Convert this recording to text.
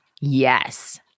Yes